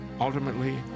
Ultimately